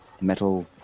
metal